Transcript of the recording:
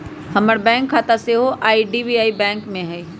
हमर बैंक खता सेहो आई.डी.बी.आई बैंक में हइ